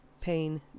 Pain